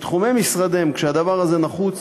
בתחומי משרדיהם, כשהדבר הזה נחוץ,